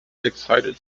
excited